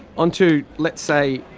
on to, let's say,